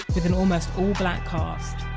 with an almost all black cast.